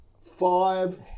five